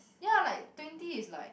ya like twenty is like